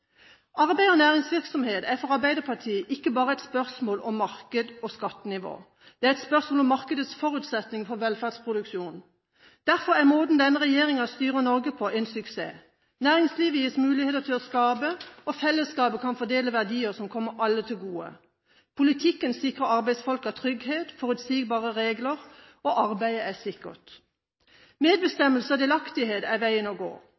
arbeid lenger. Arbeid og næringsvirksomhet er for Arbeiderpartiet ikke bare et spørsmål om marked og skattenivå. Det er et spørsmål om markedets forutsetning for velferdsproduksjonen. Derfor er måten denne regjeringen styrer Norge på, en suksess. Næringslivet gis muligheter til å skape, og fellesskapet kan fordele verdier som kommer alle til gode. Politikken sikrer arbeidsfolk trygghet, forutsigbare regler, og arbeidet er sikkert. Medbestemmelse og delaktighet er veien å gå.